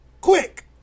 quick